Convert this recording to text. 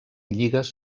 lligues